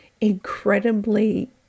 incredibly